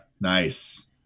Nice